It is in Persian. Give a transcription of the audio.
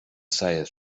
سعیت